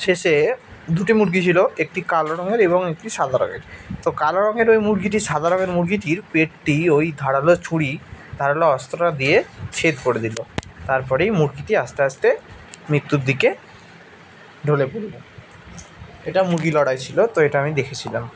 শেষে দুটি মুরগি ছিলো একটি কালো রঙের এবং একটি সাদা রঙের তো কালো রঙের ওই মুরগিটি সাদা রঙের মুরগিটির পেটটি ওই ধারালো ছুরি ধারালো অস্ত্রটা দিয়ে ছেদ করে দিলো তারপরেই মুরগিটি আস্তে আস্তে মৃত্যুর দিকে ঢলে পড়লো এটাও মুরগি লড়াই ছিলো তো এটা আমি দেখেছিলাম